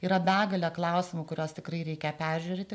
yra begalė klausimų kuriuos tikrai reikia peržiūrėti